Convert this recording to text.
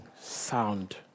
sound